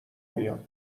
بیان